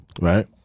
right